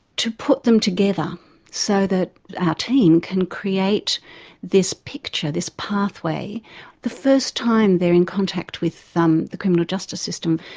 to put them together so that our team can create this picture, this pathway the first time they are in contact with the criminal justice system,